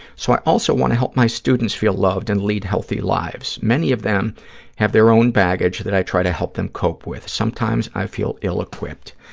so i also want to help my students feel loved and lead healthy lives. many of them have their own baggage that i try to help them cope with. sometimes i feel ill-equipped.